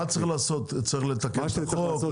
מה צריך לעשות, לתקן את החוק?